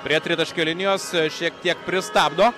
prie tritaškio linijos šiek tiek pristabdo